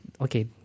okay